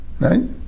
Right